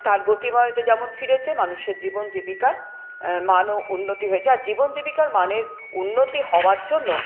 তার গতিময়তা যেমন ফিরেছে মানুষের জীবন জীবিকার মানও উন্নতি হয়েছে আর জীবন জীবিকার মানের উন্নতি হওয়ার জন্য